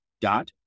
dot